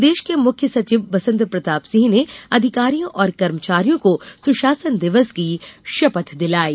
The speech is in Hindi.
प्रदेश के मुख्य सचिव बसंत प्रताप सिंह ने अधिकारियों और कर्मचारियों को सुशासन दिवस की शपथ दिलायी